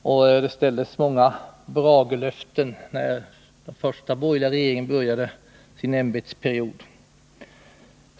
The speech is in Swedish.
Det utställdes många bragelöften när den första borgerliga regeringen började sin ämbetsperiod.